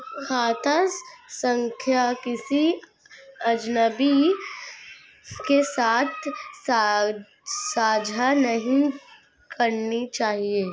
खाता संख्या किसी अजनबी के साथ साझा नहीं करनी चाहिए